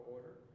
order